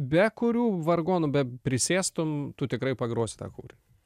be kurių vargonų be prisėstum tu tikrai pagrosi tą kūrinį